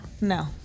No